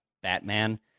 batman